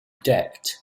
debt